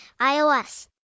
iOS